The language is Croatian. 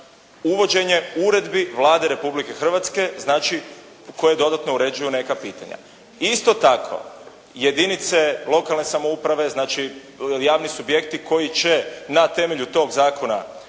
uvođenje uredbi Vlade Republike Hrvatske, znači koje dodatno uređuju neka pitanja. Isto tako, jedinice lokalne samouprave, znači javni subjekti koji će na temelju tog zakona